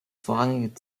vorrangige